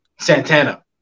Santana